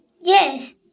Yes